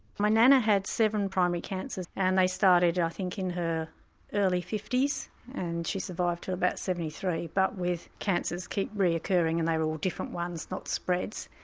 my nana had seven primary cancers and they started and i think in her early fifty s and she survived to about seventy three. but with cancers keep reoccurring and they were all different ones, not spreads.